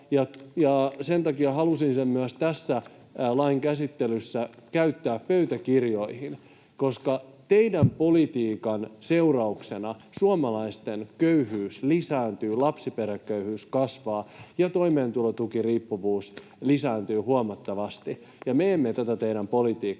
sen takia halusin sen myös tämän lain käsittelyssä sanoa pöytäkirjoihin, koska teidän politiikkanne seurauksena suomalaisten köyhyys lisääntyy, lapsiperheköyhyys kasvaa ja toimeentulotukiriippuvuus lisääntyy huomattavasti. Me emme tätä teidän politiikkaanne